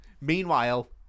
meanwhile